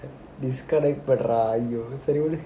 disconnect பண்றா:pandra !aiyo! சரி விடு:sari vidu